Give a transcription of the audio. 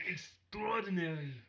Extraordinary